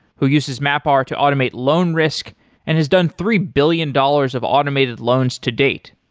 who uses mapr to automate loan risk and has done three billion dollars of automated loans to date.